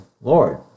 Lord